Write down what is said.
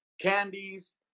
candies